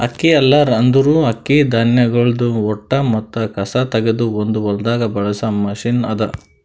ಅಕ್ಕಿ ಹಲ್ಲರ್ ಅಂದುರ್ ಅಕ್ಕಿ ಧಾನ್ಯಗೊಳ್ದಾಂದ್ ಹೊಟ್ಟ ಮತ್ತ ಕಸಾ ತೆಗೆದ್ ಒಂದು ಹೊಲ್ದಾಗ್ ಬಳಸ ಮಷೀನ್ ಅದಾ